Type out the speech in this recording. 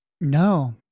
No